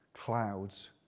clouds